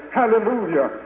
hallelujah!